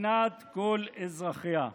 מדינת כל אזרחיה.